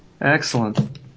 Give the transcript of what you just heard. Excellent